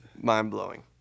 mind-blowing